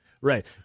Right